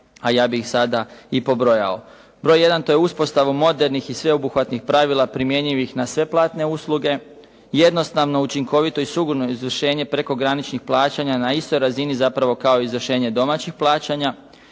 a ja bih ih sada i pobrojao. Broj 1. to je uspostava modernih i sveobuhvatnih pravila primjenjivih na sve platne usluge, jednostavno učinkovito i sigurno izvršenje prekograničnih plaćanja na istoj razini kao izvršenje domaćih plaćanja,